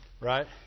right